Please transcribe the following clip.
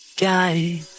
guy